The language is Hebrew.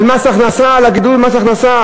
על מס הכנסה, על הגידול במס הכנסה,